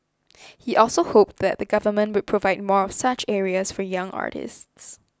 he also hoped that the government would provide more of such areas for young artists